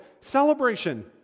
celebration